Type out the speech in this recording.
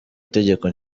itegeko